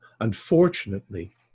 Unfortunately